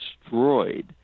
destroyed